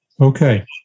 Okay